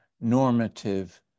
normative